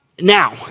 now